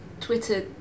Twitter